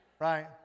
Right